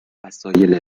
وسایل